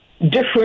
different